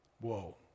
Whoa